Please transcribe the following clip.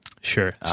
Sure